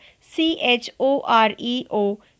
C-H-O-R-E-O